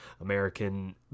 American